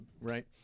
Right